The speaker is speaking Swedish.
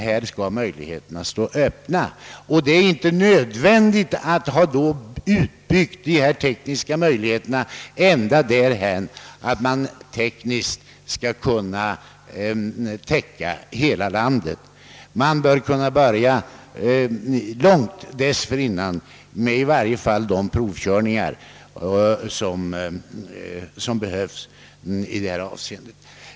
Här skall möjligheterna stå öppna och det är därför inte nödvändigt att sändarna är utbyggda i så stor utsträckning att man täcker hela landet; man bör kunna börja långt dessförinnan, åtminstone med de nödvändiga provkörningarna.